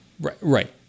Right